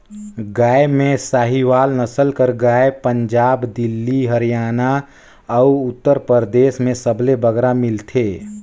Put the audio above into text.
गाय में साहीवाल नसल कर गाय पंजाब, दिल्ली, हरयाना अउ उत्तर परदेस में सबले बगरा मिलथे